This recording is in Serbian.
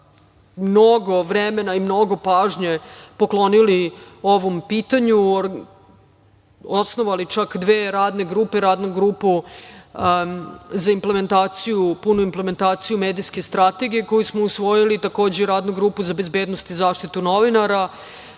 mnogo vremena i mnogo pažnje poklonili ovom pitanju, osnovali čak dve radne grupe, Radnu grupu za implementaciju, punu implementaciju medijske strategije koju smo usvojili i takođe Radnu grupu za bezbednost i zaštitu novinara. Ja